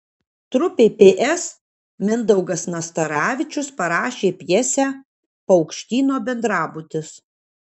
trupei ps mindaugas nastaravičius parašė pjesę paukštyno bendrabutis